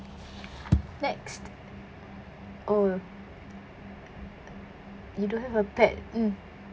next oh you don't have a pet mm